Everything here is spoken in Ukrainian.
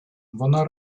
вона